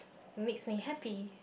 makes me happy